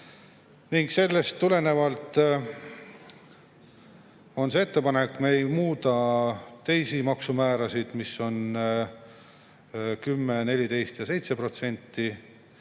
Sellest tulenevalt on see ettepanek. Me ei muuda teisi maksumäärasid, mis on 10%, 14% ja 7%,